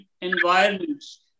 environments